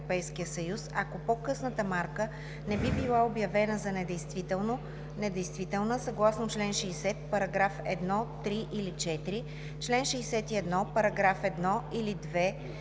ако по-късната марка не би била обявена за недействителна съгласно чл. 60, параграф 1, 3 или 4, чл. 61, параграф 1 или 2